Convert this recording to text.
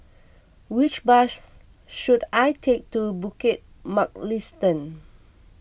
which bus should I take to Bukit Mugliston